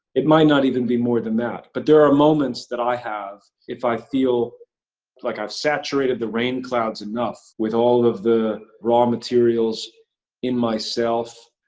it might not even be more than that. but there are moments that i have if i feel like i've saturated the rain clouds enough with all of the raw materials in myself.